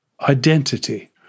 identity